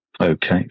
Okay